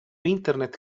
internet